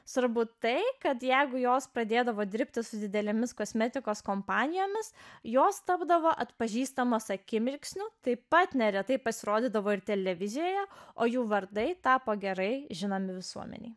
svarbu tai kad jeigu jos pradėdavo dirbti su didelėmis kosmetikos kompanijomis jos tapdavo atpažįstamos akimirksniu taip pat neretai pasirodydavo ir televizijoje o jų vardai tapo gerai žinomi visuomenei